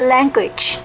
Language